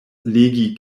legi